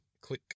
Click